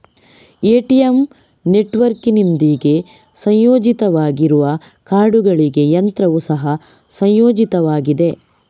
ATM ನೆಟ್ವರ್ಕಿನೊಂದಿಗೆ ಸಂಯೋಜಿತವಾಗಿರುವ ಕಾರ್ಡುಗಳಿಗೆ ಯಂತ್ರವು ಸಹ ಸಂಯೋಜಿತವಾಗಿದೆ